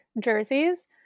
jerseys